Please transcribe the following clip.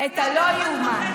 את הלא-ייאמן.